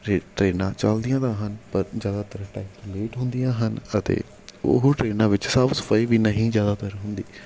ਟਰੇ ਟ੍ਰੇਨਾਂ ਚੱਲਦੀਆਂ ਤਾਂ ਹਨ ਪਰ ਜ਼ਿਆਦਾਤਰ ਟਾਇਮ ਲੇਟ ਹੁੰਦੀਆਂ ਹਨ ਅਤੇ ਉਹ ਟ੍ਰੇਨਾਂ ਵਿੱਚ ਸਾਫ ਸਫਾਈ ਵੀ ਨਹੀਂ ਜ਼ਿਆਦਾਤਰ ਹੁੰਦੀ